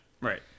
Right